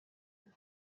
میوه